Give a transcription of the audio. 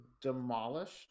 demolished